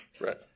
Right